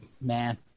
man